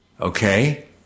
Okay